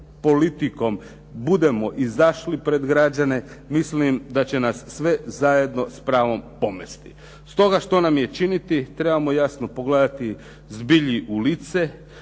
politikom budemo izašli pred građane mislim da će nas sve zajedno s pravom pomesti. Stoga, što nam je činiti. Trebamo jasno pogledati zbilji u lice,